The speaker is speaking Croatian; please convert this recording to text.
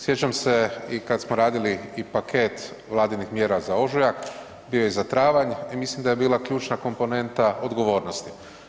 Sjećam se i kada smo radili i paket vladinih mjera za ožujak, bio je i za travanj i mislim da je bila ključna komponenta odgovornosti.